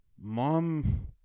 mom